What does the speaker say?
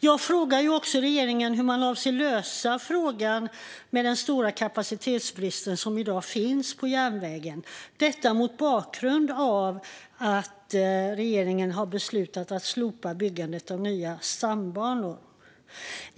Jag frågade också hur regeringen avser att lösa frågan med den stora kapacitetsbrist som i dag finns på järnvägen, mot bakgrund av att man har beslutat att slopa byggandet av nya stambanor.